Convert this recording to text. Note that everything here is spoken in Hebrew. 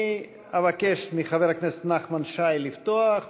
אני אבקש מחבר הכנסת נחמן שי לפתוח,